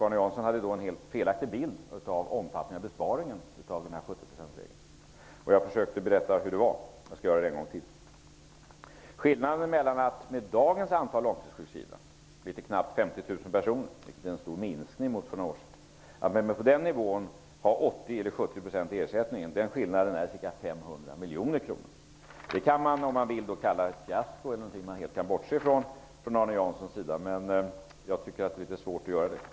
Arne Jansson hade då en helt felaktig bild av omfattningen av besparingen när det gäller 70-procentsregeln. Jag försökte att berätta hur det egentligen var, och jag skall göra det en gång till. Dagens antal långtidssjukskrivna är knappt 50 000 personer, vilket är en stor minskning jämfört med hur det var för några år sedan. Skillnaden mellan att ha 70 % eller 80 % ersättning är ca 500 miljoner kronor. Från Arne Janssons sida kan man kalla detta för fiasko eller också kan man helt bortse ifrån det, men jag har litet svårt att göra det.